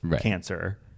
cancer